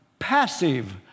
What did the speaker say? Passive